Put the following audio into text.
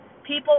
People